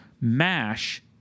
mash